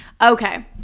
Okay